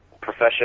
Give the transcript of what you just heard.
profession